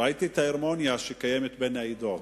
ראיתי את ההרמוניה שקיימת בין העדות.